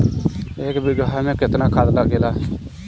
एक बिगहा में केतना खाद लागेला?